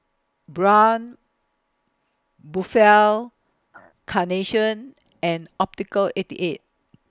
Braun Buffel Carnation and Optical eighty eight